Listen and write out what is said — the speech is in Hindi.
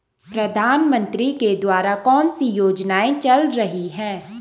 प्रधानमंत्री के द्वारा कौनसी योजनाएँ चल रही हैं?